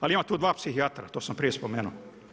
Ali ima tu 2 psihijatra, to sam prije spomenuo.